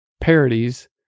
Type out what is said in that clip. parodies